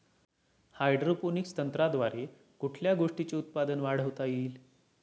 Hydroponics तंत्रज्ञानाद्वारे कुठल्या गोष्टीचे उत्पादन वाढवता येईल?